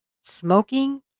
smoking